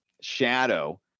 shadow